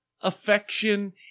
affection